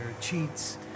cheats